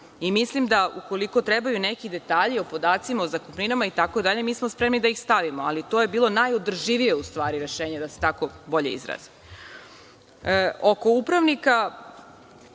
Mislim da ukoliko trebaju neki detalji o podacima i zakupninama itd. mi smo spremni da ih stavimo, ali to je bilo najodrživije rešenje da se tako izrazim. Oko upravnika,